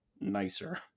nicer